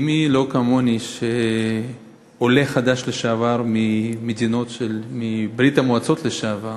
ומי כמוני, עולה חדש לשעבר מברית-המועצות לשעבר,